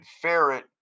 ferret